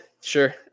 sure